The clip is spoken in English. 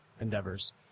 endeavors